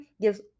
gives